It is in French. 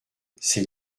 c’est